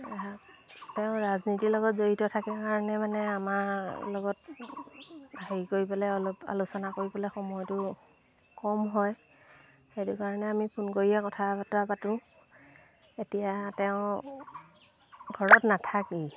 তেওঁ ৰাজনীতিৰ লগত জড়িত থাকে কাৰণে মানে আমাৰ লগত হেৰি কৰি পেলাই অলপ আলোচনা কৰিবলে সময়টো কম হয় সেইটো কাৰণে আমি ফোন কৰিয়ে কথা বতৰা পাতোঁ এতিয়া তেওঁ ঘৰত নাথাকেই